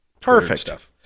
Perfect